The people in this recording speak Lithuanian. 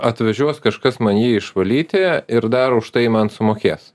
atvažiuos kažkas man jį išvalyti ir dar už tai man sumokės